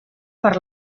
per